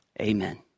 Amen